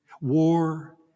war